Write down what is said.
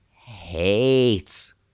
hates